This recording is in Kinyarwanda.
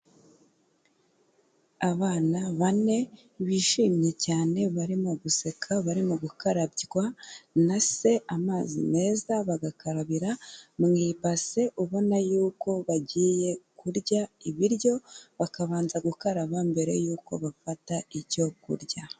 Abana bane, bishimye cyane barimo guseka, barimo gukarabywa na se amazi meza, bagakarabira mu ibase, ubona yuko bagiye kurya ibiryo, bakabanza gukaraba mbere yuko bafata icyo kurya.